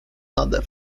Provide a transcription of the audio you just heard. nade